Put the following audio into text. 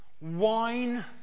wine